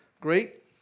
great